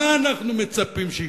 מה אנחנו מצפים שיקרה?